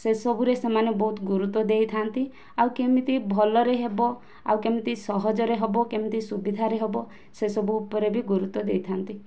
ସେ ସବୁରେ ସେମାନେ ବହୁତ ଗୁରୁତ୍ୱ ଦେଇଥାଆନ୍ତି ଆଉ କେମିତି ଭଲରେ ହେବ ଆଉ କେମିତି ସହଜରେ ହେବ କେମିତି ସୁବିଧାରେ ହେବ ସେ ସବୁ ଉପରେ ବି ଗୁରୁତ୍ୱ ଦେଇଥାଆନ୍ତି